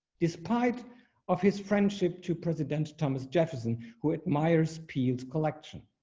despite of his friendship to president thomas jefferson who admires peels collection.